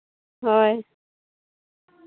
ᱦᱳᱭ